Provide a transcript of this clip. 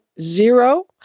zero